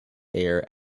air